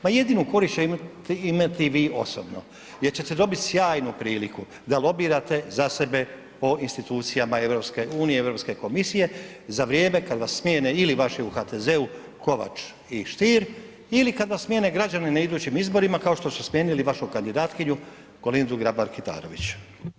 Pa jedinu korist će imat vi osobno jer ćete dobiti sjajnu priliku da lobirate za sebe po institucijama EU-a ili Europske komisije za vrijeme kad vas smijene ili vaši u HDZ-u, Kovač i Stier ili kad vas smijene građani na idućim izborima kao što su smijenili vašu kandidatkinju Kolindu Grabar Kitarović.